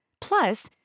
Plus